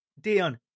Dion